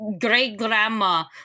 great-grandma